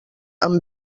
amb